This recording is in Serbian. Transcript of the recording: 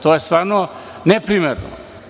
To je stvarno neprimereno.